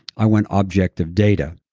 i want objective data.